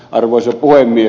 arvoisa puhemies